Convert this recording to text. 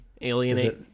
alienate